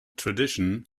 tradition